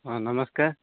ହଁ ନମସ୍କାର